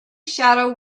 shadow